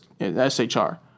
SHR